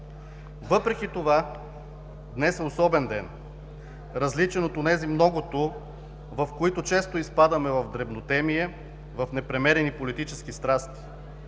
Въпреки това днес е особен ден, различен от онези много, в които често изпадаме в дребнотемие, в непремерени политически страсти,